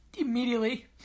Immediately